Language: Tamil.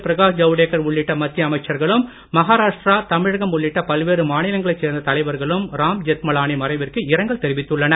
பிரகாஷ் ஜவுடேகர் உள்ளிட்ட மத்திய அமைச்சர்களும் மகாராஷ்ட்ரா தமிழகம் உள்ளிட்ட பல்வேறு மாநிலங்களை சேர்ந்த தலைவர்களும் ராம்ஜெத் மலானி மறைவிற்கு இரங்கல் தெயிவித்துள்ளனர்